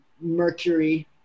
mercury